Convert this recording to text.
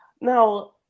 Now